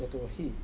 यतोहि